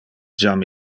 jam